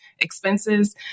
expenses